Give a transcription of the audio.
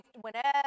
whenever